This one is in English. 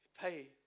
pay